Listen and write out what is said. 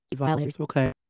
Okay